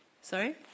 Sorry